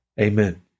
Amen